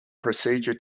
procedure